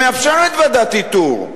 שמאפשרת ועדת איתור,